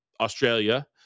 Australia